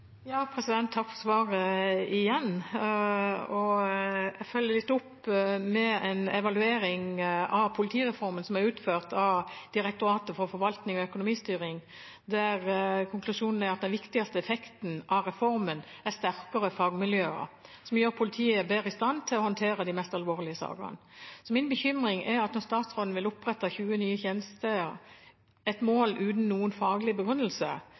Takk igjen for svaret. Jeg følger litt opp med en evaluering av politireformen, som er utført av Direktoratet for forvaltning og økonomistyring, der konklusjonen er at den viktigste effekten av reformen er sterkere fagmiljøer, som gjør politiet bedre i stand til å håndtere de mest alvorlige sakene. Min bekymring er at når statsråden vil opprette 20 nye tjenestesteder, et mål uten noen faglig begrunnelse,